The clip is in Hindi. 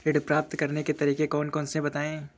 ऋण प्राप्त करने के तरीके कौन कौन से हैं बताएँ?